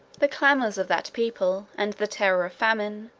the clamors of that people, and the terror of famine,